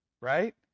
right